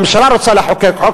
הממשלה רוצה לחוקק חוק,